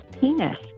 penis